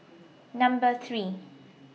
Number three